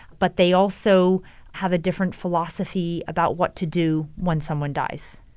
but they also have a different philosophy about what to do when someone dies